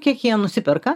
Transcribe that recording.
kiek jie nusiperka